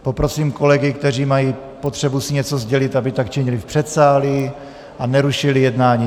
Poprosím kolegy, kteří mají potřebu si něco sdělit, aby tak činili v předsálí a nerušili jednání.